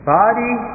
body